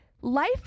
life